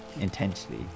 intensely